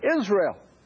Israel